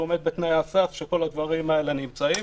שהוא עומד בתנאי הסף וכל הדברים האלה נמצאים.